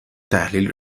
تحلیل